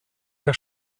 der